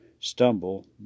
STUMBLE